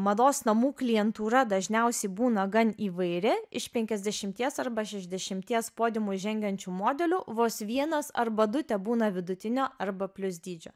mados namų klientūra dažniausiai būna gan įvairi iš penkiasdešimties arba šešdešimties podiumu žengiančių modelių vos vienas arba du tebūna vidutinio arba plius dydžio